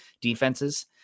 defenses